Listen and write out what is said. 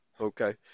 Okay